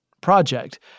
project